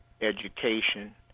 education